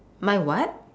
my what